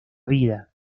vida